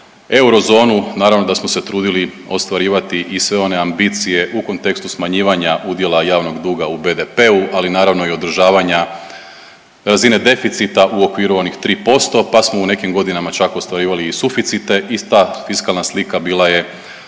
eurozonu naravno da smo se trudili ostvarivati i sve one ambicije u kontekstu smanjivanja udjela javnog duga u BDP-u, ali naravno i održavanja razine deficita u okviru onih 3%, pa smo u nekim godinama čak ostvarivali i suficite, ista fiskalna slika bila je